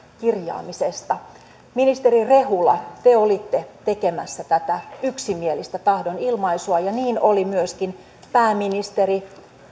kirjaamisesta ministeri rehula te olitte tekemässä tätä yksimielistä tahdonilmaisua ja niin oli myöskin pääministeri